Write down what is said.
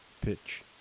pitch